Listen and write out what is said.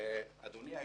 --- אדוני היושב-ראש,